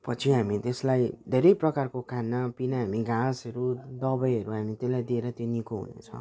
पछि हामी त्यसलाई धेरै प्रकारको खानापिना हामी घाँसहरू दबाईहरू हामी त्यसलाई दिएर त्यो निको हुन्छ